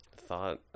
thought